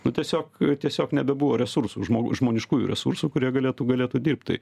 nu tiesiog tiesiog nebebuvo resursų žmog žmoniškųjų resursų kurie galėtų galėtų dirbt tai